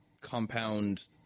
compound